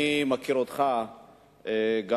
אני מכיר אותך גם